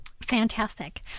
fantastic